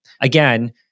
Again